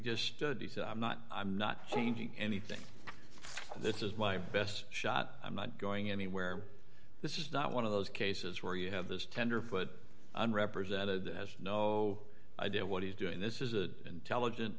just stood he said i'm not i'm not changing anything this is my best shot i'm not going anywhere this is not one of those cases where you have this tenderfoot i'm represented as no idea what he's doing this is a intelligent